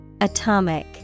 Atomic